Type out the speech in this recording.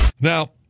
Now